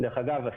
דרך אגב,